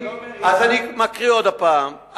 אז אני מקריא עוד הפעם.